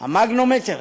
המגנומטרים,